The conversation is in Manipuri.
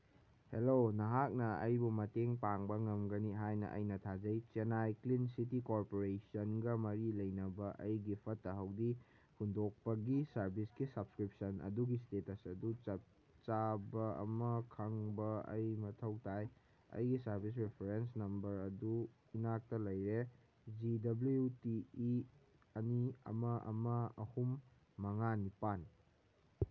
ꯍꯂꯣ ꯅꯍꯥꯛꯅ ꯑꯩꯕꯨ ꯃꯇꯦꯡ ꯄꯥꯡꯕ ꯉꯝꯒꯅꯤ ꯍꯥꯏꯅ ꯑꯩꯅ ꯊꯥꯖꯩ ꯆꯦꯅꯥꯏ ꯀ꯭ꯂꯤꯟ ꯁꯤꯇꯤ ꯀꯣꯔꯄꯣꯔꯦꯁꯟꯒ ꯃꯔꯤ ꯂꯩꯅꯕ ꯑꯩꯒꯤ ꯐꯠꯇ ꯍꯥꯎꯗꯤ ꯍꯨꯟꯗꯣꯛꯄꯒꯤ ꯁꯔꯚꯤꯁꯀꯤ ꯁꯞꯁꯀ꯭ꯔꯤꯞꯁꯟ ꯑꯗꯨꯒꯤ ꯏꯁꯇꯦꯇꯁ ꯑꯗꯨ ꯆꯞ ꯆꯥꯕ ꯑꯃ ꯈꯪꯕ ꯑꯩ ꯃꯊꯧ ꯇꯥꯏ ꯑꯩꯒꯤ ꯁꯔꯚꯤꯁ ꯔꯤꯐ꯭ꯔꯦꯟꯁ ꯅꯝꯕꯔ ꯑꯗꯨ ꯏꯅꯥꯛꯇ ꯂꯩꯔꯦ ꯖꯤ ꯗꯕꯂ꯭ꯌꯨ ꯇꯤ ꯏ ꯑꯅꯤ ꯑꯃ ꯑꯃ ꯑꯍꯨꯝ ꯃꯉꯥ ꯅꯤꯄꯥꯟ